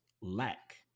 lack